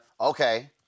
Okay